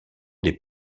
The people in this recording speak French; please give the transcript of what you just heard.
des